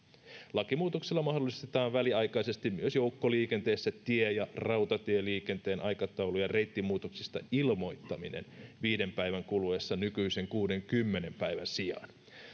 lakimuutoksella mahdollistetaan väliaikaisesti myös joukkoliikenteessä tie ja rautatieliikenteen aikataulu ja reittimuutoksista ilmoittaminen viiden päivän kuluessa nykyisen kuudenkymmenen päivän sijaan